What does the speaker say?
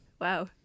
Wow